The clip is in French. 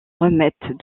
remettent